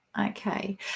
Okay